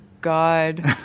God